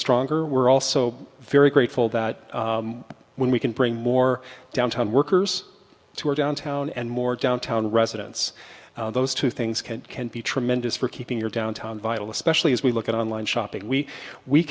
stronger we're also very grateful that when we can bring more downtown workers to our downtown and more downtown residents those two things can can be tremendous for keeping your downtown viable especially as we look at online shopping we we